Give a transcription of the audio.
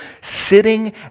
sitting